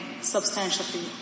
substantially